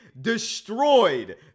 destroyed